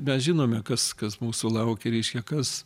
mes žinome kas kas mūsų laukia reiškia kas